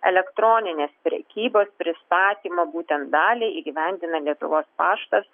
elektroninės prekybos pristatymą būtent dalį įgyvendina lietuvos paštas